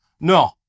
No